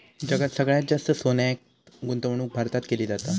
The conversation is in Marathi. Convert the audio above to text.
जगात सगळ्यात जास्त सोन्यात गुंतवणूक भारतात केली जाता